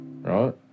right